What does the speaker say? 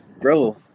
Bro